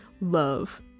love